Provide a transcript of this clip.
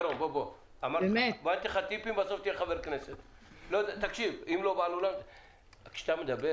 ירון, תקשיב, כשאתה מדבר